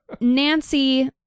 Nancy